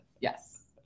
yes